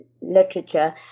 literature